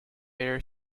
fair